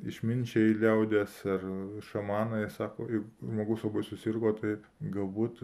išminčiai liaudies ar šamanai sako jog žmogus labai susirgo taip galbūt